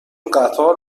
قطار